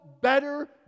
better